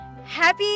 Happy